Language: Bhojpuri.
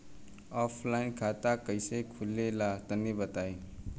ऑफलाइन खाता कइसे खुले ला तनि बताई?